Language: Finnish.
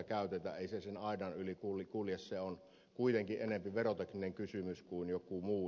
ei se sen aidan yli kulje se on kuitenkin enemmän verotekninen kysymys kuin joku muu